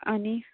आनी